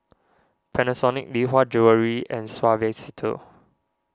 Panasonic Lee Hwa Jewellery and Suavecito